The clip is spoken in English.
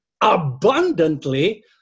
abundantly